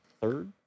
third